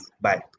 bye